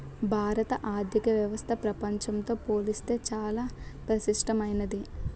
భారత ఆర్థిక వ్యవస్థ ప్రపంచంతో పోల్చితే చాలా పటిష్టమైంది